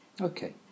Okay